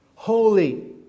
Holy